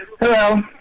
Hello